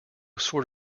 sort